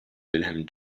wilhelm